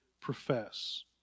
profess